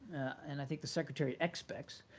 and i think the secretary expects,